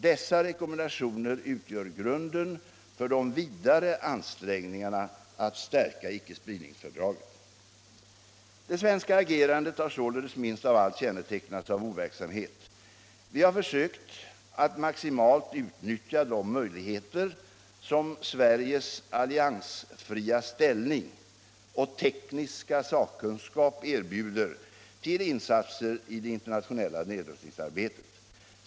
Dessa rekommendationer utgör grunden för de vidare ansträngningarna att stärka icke-spridningsfördraget. Det svenska agerandet har således minst av allt kännetecknats av overksamhet. Vi har försökt att maximalt utnyttja de möjligheter som Sveriges alliansfria ställning och tekniska sakkunskap erbjuder till insatser i det internationella nedrustningsarbetet.